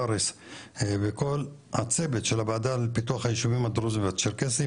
פארס וכל הצוות של הוועדה לפיתוח היישובים הדרוזים והצ'רקסיים,